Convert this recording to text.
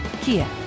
Kia